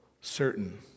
certain